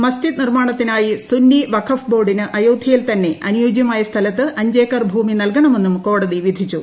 മസ്ജിദ് നിർമ്മാണത്തിനായി സുന്നി വഖഫ് ബോർഡിന് അയോധ്യയിൽ തന്നെ അനുയോജൃമായ സ്ഥലത്ത് അഞ്ച് ഏക്കർ ഭൂമി നല്കണമെന്നും കോടതി വിധിച്ചു